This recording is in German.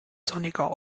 sonniger